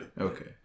Okay